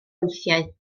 weithiau